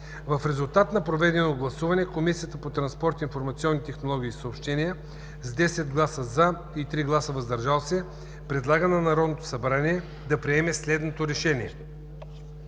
В резултат на проведеното гласуване Комисията по транспорт, информационни технологии и съобщения с 10 гласа „за” и 3 гласа „въздържали се” предлага на Народното събрание да приеме следното решение: